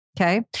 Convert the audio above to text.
Okay